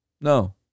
no